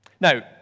Now